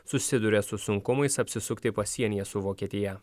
susiduria su sunkumais apsisukti pasienyje su vokietija